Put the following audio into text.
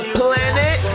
planet